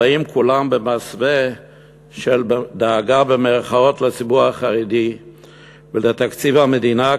הבאות כולן במסווה של "דאגה" לציבור החרדי ולתקציב המדינה,